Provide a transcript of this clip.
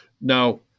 Now